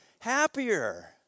happier